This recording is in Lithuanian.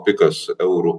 pikas eurų